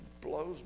blows